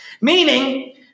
Meaning